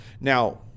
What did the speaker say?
Now